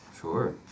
Sure